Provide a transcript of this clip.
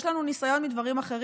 יש לנו ניסיון עם דברים אחרים.